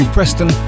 Preston